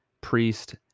Priest